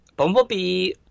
Bumblebee